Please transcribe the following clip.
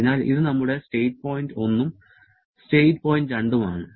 അതിനാൽ ഇത് നമ്മുടെ സ്റ്റേറ്റ് പോയിന്റ് 1 ഉം സ്റ്റേറ്റ് പോയിന്റ് 2 ഉം ആണ്